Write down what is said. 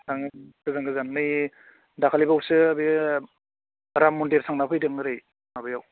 थाङो गोजान गोजान नै दाखालिबावैसो बियो राम मन्दिर थांना फैदों एरै माबायाव